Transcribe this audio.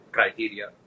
Criteria